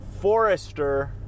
Forester